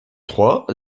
trois